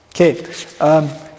Okay